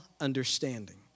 understanding